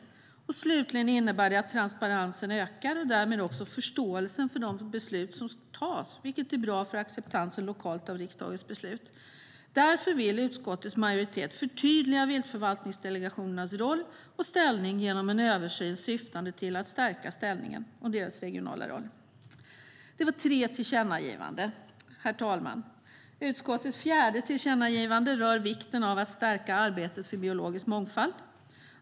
Slutligen innebär det att transparensen ökar och därmed också förståelsen för de beslut som fattas, vilket är bra för acceptansen lokalt av riksdagens beslut. Därför vill utskottets majoritet förtydliga viltförvaltningsdelegationernas roll och ställning genom en översyn syftande till att stärka deras ställning och regionala roll. Herr talman! Utskottets fjärde tillkännagivande rör vikten av att stärka arbetet för biologisk mångfald.